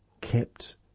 kept